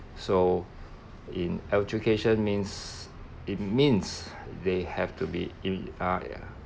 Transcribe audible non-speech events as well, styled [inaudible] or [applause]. so in education means it means [breath] they have to be e~ ah ya